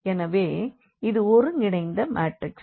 எனவே இது ஒருங்கிணைந்த மாற்றிக்ஸ்